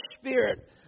Spirit